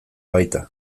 baita